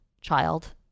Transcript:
child